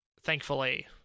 thankfully